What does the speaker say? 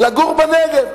לגור בנגב,